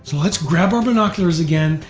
so let's grab our binoculars again,